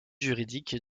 juridique